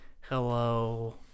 Hello